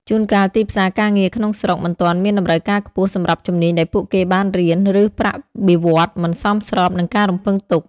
ជួនកាលទីផ្សារការងារក្នុងស្រុកមិនទាន់មានតម្រូវការខ្ពស់សម្រាប់ជំនាញដែលពួកគេបានរៀន ឬប្រាក់បៀវត្សរ៍មិនសមស្របនឹងការរំពឹងទុក។